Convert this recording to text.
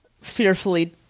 fearfully